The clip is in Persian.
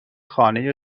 خانه